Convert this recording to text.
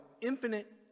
infinite